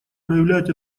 проявлять